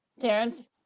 Terrence